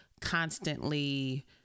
constantly